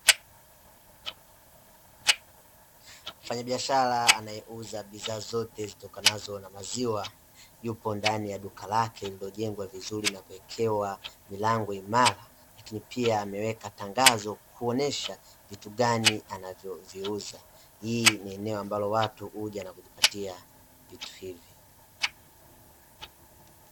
Mfanya biashara anayeuza bidhaa zote zitokanazo na maziwa yupo ndani ya duka lake lililojengwa vizuri na kuwekewa milango imara, lakini pia ameweka tangazo kuonesha vitu gani anavyoviuza. Hili ni eneo ambalo watu huja na kujipatia vitu hivi.